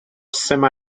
semi